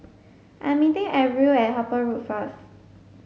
I am meeting Arvil at Harper Road first